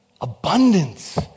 abundance